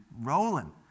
rolling